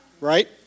Right